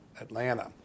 Atlanta